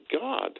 God